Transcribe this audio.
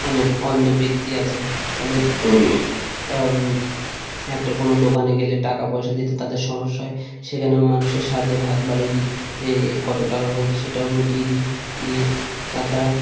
অনেক অন্ধ ব্যক্তি আছে তাদের তারা একটা কোনো দোকানে গেলে টাকা পয়সা দিতে তাদের সমস্যা হয় সেখানেও মানুষের সাহায্যের হাত বাড়িয়ে দিই যে কত টাকা হয়েছে সেটাও মিটিয়ে দিই দিয়ে তাছাড়া